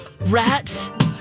Rat